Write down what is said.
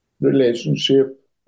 relationship